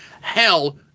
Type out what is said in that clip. hell